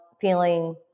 feeling